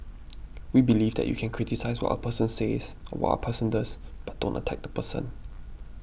we believe that you can criticise what a person says or what a person does but don't attack the person